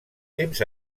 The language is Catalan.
temps